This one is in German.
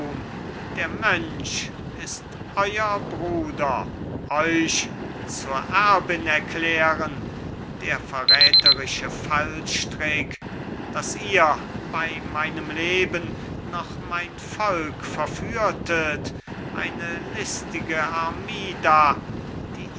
der mönch ist euer bruder euch zur erbin erklären der verräterische fallstrick daß ihr bei meinem leben noch mein volk verführtet eine listige armida die